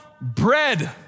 bread